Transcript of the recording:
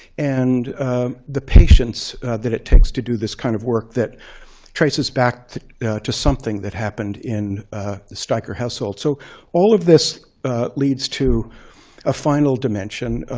and the patience that it takes to do this kind of work that traces back to something that happened in the steiker household. so all of this leads to a final dimension,